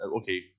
okay